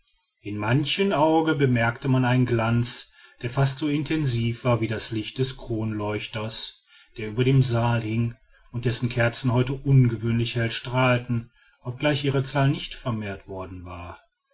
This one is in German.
in manchen augen bemerkte man einen glanz der fast so intensiv war wie das licht des kronleuchters der über dem saale hing und dessen kerzen heute ungewöhnlich hell strahlten obgleich ihre zahl nicht vermehrt worden war